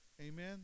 Amen